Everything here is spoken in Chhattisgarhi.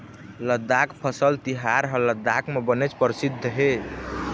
लद्दाख फसल तिहार ह लद्दाख म बनेच परसिद्ध हे